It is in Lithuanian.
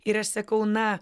ir aš sakau na